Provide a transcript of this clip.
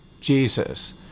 Jesus